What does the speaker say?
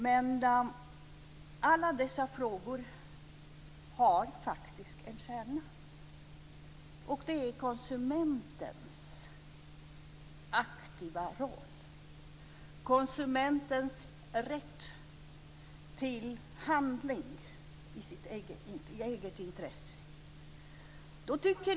Men alla dessa frågor har faktiskt en kärna, och det är konsumentens aktiva roll och konsumentens rätt till handling i det egna intresset.